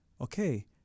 okay